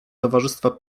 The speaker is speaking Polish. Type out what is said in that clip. towarzystwa